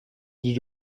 die